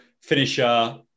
finisher